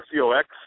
COX